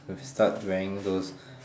start wearing those